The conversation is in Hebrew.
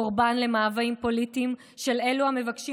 קורבן למאוויים פוליטיים של אלו המבקשים